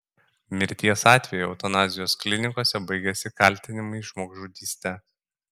mirties atvejai eutanazijos klinikose baigiasi kaltinimais žmogžudyste